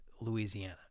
louisiana